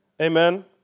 Amen